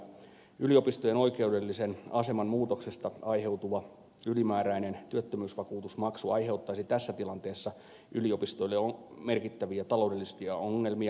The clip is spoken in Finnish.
yliopistojen oikeudellisen aseman muutoksesta aiheutuva täysimääräinen työttömyysvakuutusmaksu aiheuttaisi tässä tilanteessa yliopistoille merkittäviä taloudellisia ongelmia